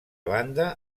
banda